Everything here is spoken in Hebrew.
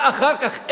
אחר כך,